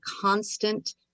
constant